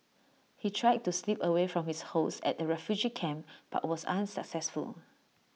he tried to slip away from his hosts at the refugee camp but was unsuccessful